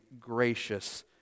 gracious